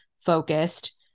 focused